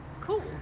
Cool